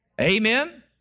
Amen